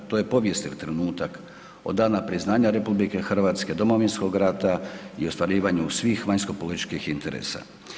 To je povijesni trenutak od dana priznanja RH, Domovinskog rata i ostvarivanju svih vanjskopolitičkih interesa.